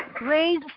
raise